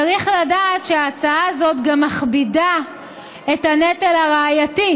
צריך לדעת שההצעה הזאת גם מכבידה את הנטל הראייתי,